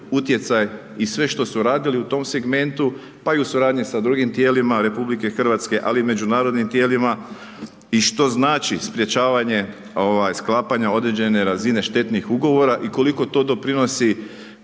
i sve što su radili u tom segmentu pa i u suradnji sa drugim tijelima RH ali i međunarodnim tijelima i što znači sprječavanje sklapanja određene razine štetnih ugovora i koliko to doprinosi